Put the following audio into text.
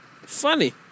Funny